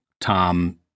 Tom